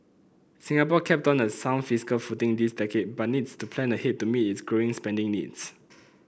Singapore kept on a sound fiscal footing this decade but needs to plan ahead to meet its growing spending needs